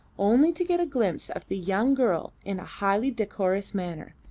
only to get a glimpse of the young girl in a highly decorous manner.